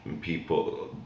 people